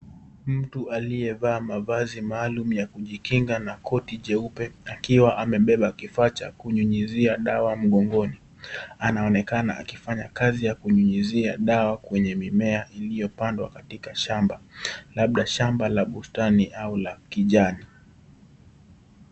Mtu aliyevaa mavazi maalum ya kujikinga na koti jeupe; akiwa amebeba kifaa cha kunyunyizia dawa mgongoni. Anaonekana akifanya kazi ya kunyunyizia dawa kwenye mimea iliyopandwa katika shamba labda shamba la bustani au la kijani.